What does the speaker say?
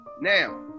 now